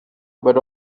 but